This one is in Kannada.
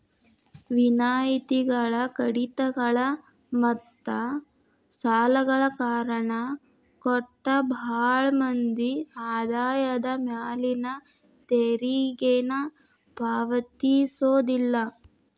ವಿನಾಯಿತಿಗಳ ಕಡಿತಗಳ ಮತ್ತ ಸಾಲಗಳ ಕಾರಣ ಕೊಟ್ಟ ಭಾಳ್ ಮಂದಿ ಆದಾಯದ ಮ್ಯಾಲಿನ ತೆರಿಗೆನ ಪಾವತಿಸೋದಿಲ್ಲ